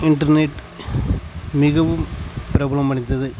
internet மிகவும் பிரபலமடைந்தது